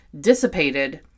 dissipated